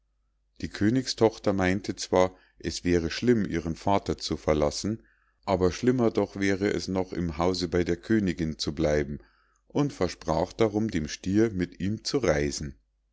die königstochter meinte zwar es wäre schlimm ihren vater zu verlassen aber schlimmer doch wär es noch im hause bei der königinn zu bleiben und versprach darum dem stier mit ihm zu reisen